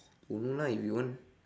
don't know lah if you want